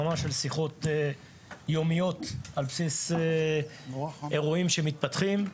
ברמה של שיחות יומיות על בסיס אירועים שמתפתחים,